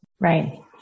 right